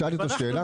שאלתי אותו שאלה.